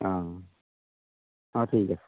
অঁ অঁ ঠিক আছে